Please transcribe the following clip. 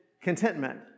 contentment